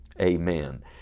Amen